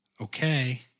okay